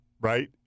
right